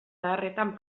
zaharretan